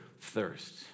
thirst